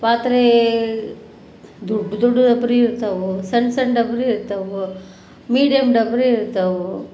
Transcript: ಪಾತ್ರೆ ದೊಡ್ಡ ದೊಡ್ಡ ಡಬ್ರಿ ಇರ್ತವೆ ಸಣ್ಣ ಸಣ್ಣ ಡಬ್ರಿ ಇರ್ತವೆ ಮೀಡಿಯಮ್ ಡಬ್ರಿ ಇರ್ತವೆ